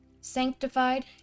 sanctified